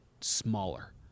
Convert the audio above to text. smaller